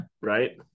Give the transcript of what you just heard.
Right